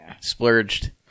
Splurged